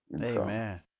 Amen